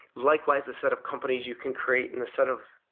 likewise, the set of companies you can create in the set of